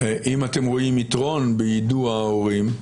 האם אתם רואים יתרון ביידוע ההורים?